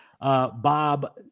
Bob